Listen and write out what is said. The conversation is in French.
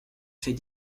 fait